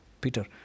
Peter